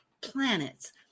planets